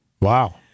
Wow